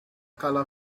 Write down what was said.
color